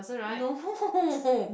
no